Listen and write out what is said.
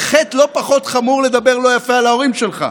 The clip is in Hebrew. זה חטא לא פחות חמור לדבר לא יפה על ההורים שלך.